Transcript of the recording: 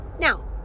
Now